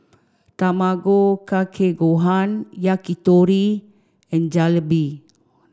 Tamago Kake Gohan Yakitori and Jalebi